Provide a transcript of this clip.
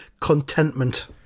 contentment